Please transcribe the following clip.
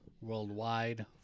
Worldwide